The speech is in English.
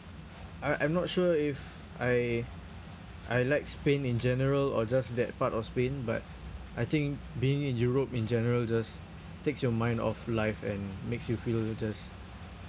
I I'm not sure if I I like Spain in general or just that part of Spain but I think being in europe in general just takes your mind off life and makes you feel you just